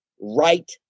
right